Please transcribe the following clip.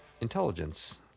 intelligence